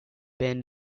band